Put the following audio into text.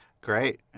great